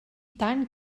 tant